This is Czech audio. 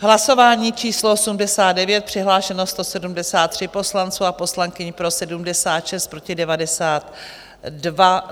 Hlasování číslo 89, přihlášeno 173 poslanců a poslankyň, pro 76, proti 92.